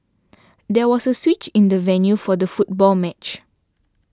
there was a switch in the venue for the football match